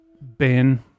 Ben